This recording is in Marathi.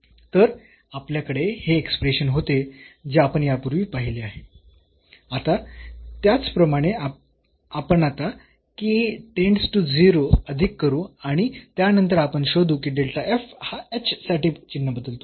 तर आपल्याकडे हे एक्सप्रेशन होते जे आपण यापूर्वी पाहिले आहे आता त्याचप्रमाणे आपण आता k टेंड्स टू 0 अधिक करू आणि त्यानंतर आपण शोधू की हा h साठी चिन्ह बदलतो